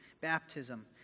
baptism